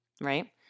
Right